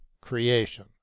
creation